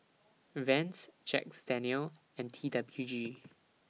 Vans Jack's Daniel's and T W G